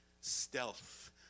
stealth